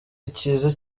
ikize